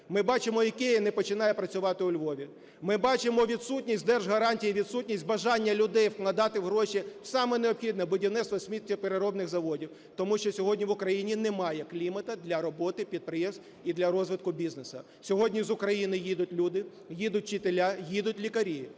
Ми бачимо, ІКЕА не починає працювати у Львові, ми бачимо відсутність держгарантій, відсутність бажання людей вкладати гроші в саме необхідне – будівництво сміттєпереробних заводів, тому що сьогодні в Україні немає клімату для роботи підприємств і для розвитку бізнесу. Сьогодні з України їдуть люди, їдуть вчителі, їдуть лікарі.